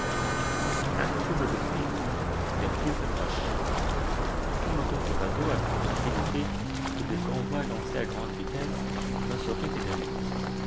impossible de fuir ces reptiles s'approchent ils tournent autour du radeau avec une rapidité que des convois lancés à grande vitesse ne sauraient égaler